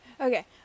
Okay